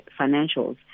financials